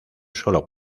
solo